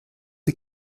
die